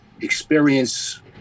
experience